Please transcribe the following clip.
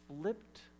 flipped